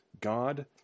God